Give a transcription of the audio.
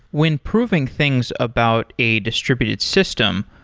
when proving things about a distributed system,